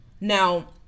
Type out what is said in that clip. Now